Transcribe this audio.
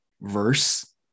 verse